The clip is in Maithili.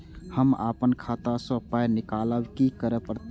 हम आपन खाता स पाय निकालब की करे परतै?